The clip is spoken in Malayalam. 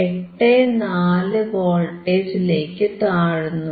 84 വോൾട്ടിലേക്കു താഴ്ന്നു